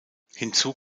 hinzu